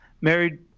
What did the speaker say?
married